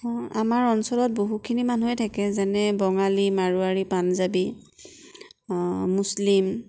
আমাৰ অঞ্চলত বহুখিনি মানুহে থাকে যেনে বঙালী মাৰোৱাৰী পাঞ্জাৱী মুছলীম